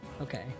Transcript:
Okay